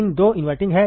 pin 2 inverting है